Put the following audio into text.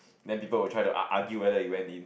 then people will try to ar~ argue whether it went it